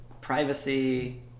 privacy